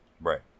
Right